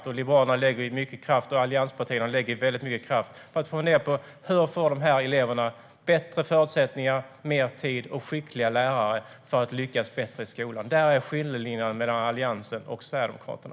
Jag, Liberalerna och allianspartierna lägger väldigt mycket kraft på att fundera över hur dessa elever får bättre förutsättningar, mer tid och skickliga lärare för att lyckas bättre i skolan. Det är skillnaden mellan Alliansen och Sverigedemokraterna.